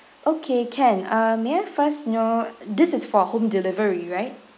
okay can uh may I first know this is for home delivery right